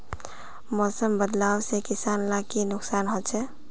मौसम बदलाव से किसान लाक की नुकसान होचे?